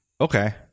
Okay